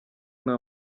nta